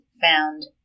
found